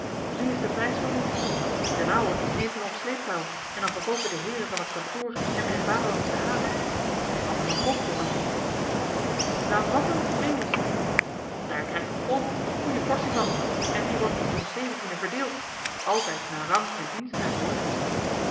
nu is de prijs van ons d'n ouwe neemt hem op sleeptouw en dan verkoopen de heeren van t kantoor hem in een vaderlandsche haven en wat er van komt jongetje nou wat dan meeuwis daar krijgt het volk een goeie portie van en die wordt onder ons zeventienen verdeeld altijd naar rang en diensttijd hoor